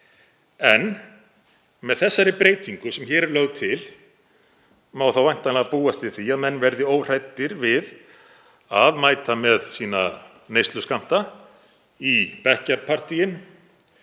En með þeirri breytingu sem hér er lögð til má væntanlega búast við því að menn verði óhræddir við að mæta með sína neysluskammta í bekkjarpartíin